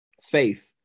faith